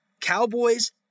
Cowboys